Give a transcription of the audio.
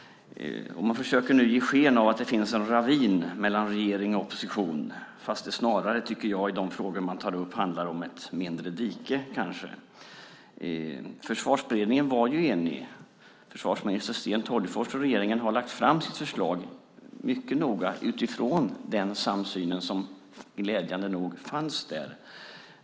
Man försöker nu ge sken av att det finns en ravin mellan regering och opposition, fast det snarare i de frågor man tar upp handlar om ett mindre dike. Försvarsberedningen var enig. Försvarsminister Sten Tolgfors och regeringen har lagt fram sitt förslag, mycket noga, utifrån den samsyn som glädjande nog fanns där.